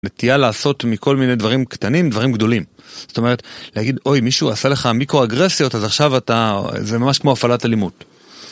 נטייה לעשות מכל מיני דברים קטנים, דברים גדולים. זאת אומרת, להגיד, אוי, מישהו עשה לך מיקרו־אגרסיות, אז עכשיו אתה... זה ממש כמו הפעלת אלימות.